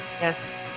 Yes